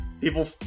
people